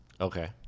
Okay